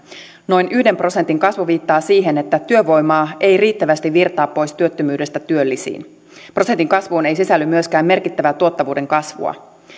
noin yhden prosentin kasvu viittaa siihen että työvoimaa ei riittävästi virtaa pois työttömyydestä työllisiin prosentin kasvuun ei sisälly myöskään merkittävää tuottavuuden kasvua